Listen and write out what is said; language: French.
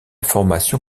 formation